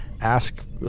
ask